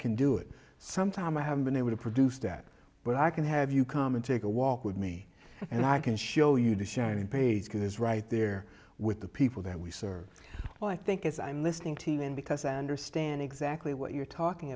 can do it sometime i haven't been able to produce that but i can have you come and take a walk with me and i can show you the shining page because right there with the people that we serve well i think it's i'm listening to you and because i understand exactly what you're talking